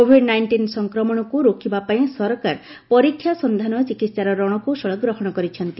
Covid nineteen ସଂକ୍ମଶକ୍ତ ରୋକିବା ପାଇଁ ସରକାର ପରୀକ୍ଷା ସନ୍ଧାନ ଚିକିତ୍ସାର ରଣକୌଶଳ ଗ୍ରହଣ କରିଛନ୍ତି